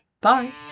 Bye